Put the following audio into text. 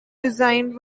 resigned